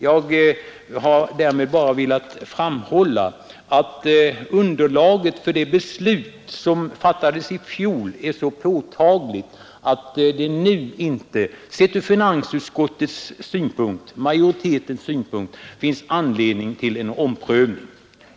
Jag vill för statlig förvaltning framhålla att underlaget för det beslut som fattades i fjol är så påtagligt att det nu inte, enligt majoriteten i finansutskottet, finns någon anledning till omprövning.